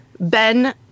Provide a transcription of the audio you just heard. Ben